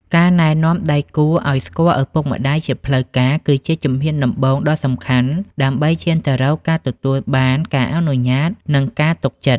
ការណែនាំដៃគូឱ្យស្គាល់ឪពុកម្ដាយជាផ្លូវការ គឺជាជំហានដំបូងដ៏សំខាន់ដើម្បីឈានទៅរកការទទួលបានការអនុញ្ញាត និងការទុកចិត្ត។